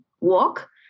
walk